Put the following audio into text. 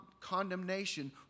condemnation